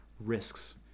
risks